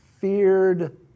feared